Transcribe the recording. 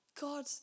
God